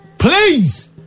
Please